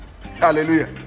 Hallelujah